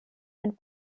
and